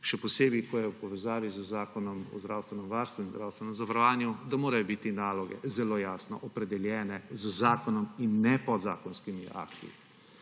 še posebej, ko je v povezavi z Zakonom o zdravstvenem varstvu in zdravstvenem zavarovanju, da morajo biti naloge zelo jasno opredeljene z zakonom in ne s podzakonskim akti.